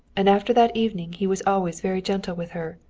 and after that evening he was always very gentle with her.